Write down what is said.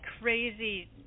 crazy